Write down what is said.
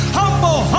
humble